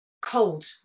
cold